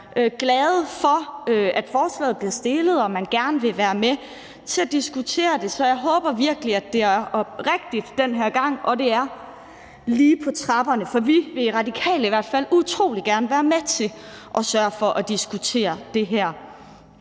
glade for, at forslaget bliver fremsat, og man vil gerne være med til at diskutere det. Så jeg håber virkelig, at det den her gang er oprigtigt, og at det er lige på trapperne. For vi vil hos Radikale Venstre i hvert fald utrolig gerne være med til at sørge for at diskutere det her.